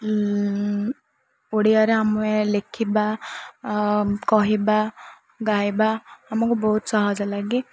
ଓଡ଼ିଆରେ ଆମେ ଲେଖିବା କହିବା ଗାଇବା ଆମକୁ ବହୁତ ସହଜ ଲାଗେ